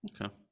Okay